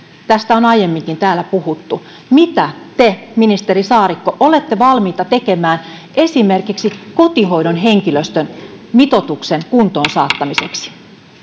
tästä on aiemminkin täällä puhuttu mitä te ministeri saarikko olette valmis tekemään esimerkiksi kotihoidon henkilöstömitoituksen kuntoon saattamiseksi